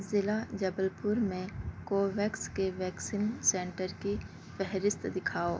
ضلع جبل پور میں کوویکس کے ویکسین سینٹر کی فہرست دکھاؤ